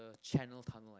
the channel tunnel